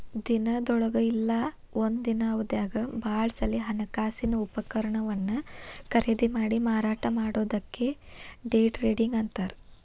ದಿನದೊಳಗ ಇಲ್ಲಾ ಒಂದ ದಿನದ್ ಅವಧ್ಯಾಗ್ ಭಾಳ ಸಲೆ ಹಣಕಾಸಿನ ಉಪಕರಣವನ್ನ ಖರೇದಿಮಾಡಿ ಮಾರಾಟ ಮಾಡೊದಕ್ಕ ಡೆ ಟ್ರೇಡಿಂಗ್ ಅಂತಾರ್